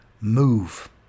move